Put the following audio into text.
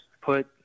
Put